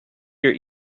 your